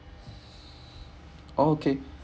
okay